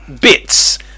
bits